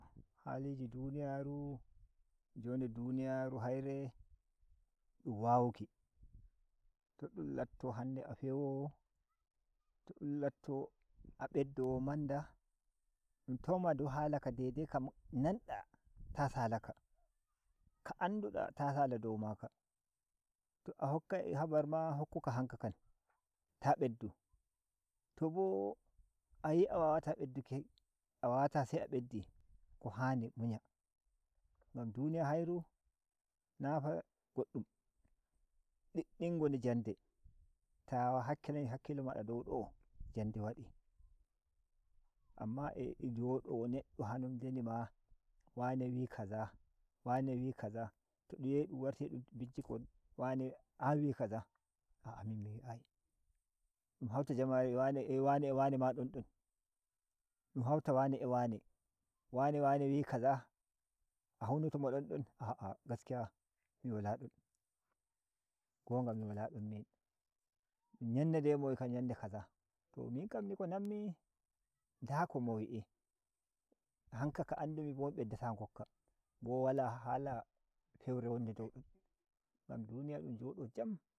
Haliji duniyaru jo nde duniyaru haire dun waruki to dun latto hanɗe a fewowo t dun latto a beɗɗo w manda dun tauwa a dw hala ka daidai ka nan da ta salaka ka andu da ta salad ow maka to a hokkoi habar ma hokku ka hanka kan ta beddu to bo ayi a wawata bedduki a wawata se a beddi ko hani mu nya ngam duniya hairu nafa goddum diddin ngoni jande ta hakki lani hakkilo ma dow do jan de wadi amma jodo neɗɗo hayum ndeni ma wane wi kaza wane wi kaza to dun yahi dum warti dum binciko wane an wi kaza a’a min miwiayi ɗum hanta jamare wane eh wane a wane ma dn dn dun hanta wane a wane wane wane wi kaza a hunto mo don don a’a gaskiya mi wala don ko ngami wala don min nyan de deye mowika ‘yan nde kaza to min kam ni ko nammi nda kom wi’I hanka ka andumi b mi bo wala hala feure wonde dow don ngam duniya dun jodo jam.